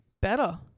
better